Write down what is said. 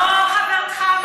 לא חברתך המלומדת.